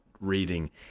reading